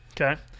Okay